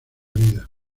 vida